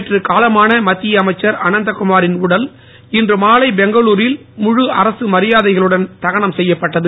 நேற்று காலமான மத்திய அமைச்சர் அனந்த குமாரின் உடல் இன்று பெங்களுரில் முழு அரசு மரியாதைகளுடன் மாலை தகனம் செய்யப்பட்டது